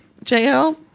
JL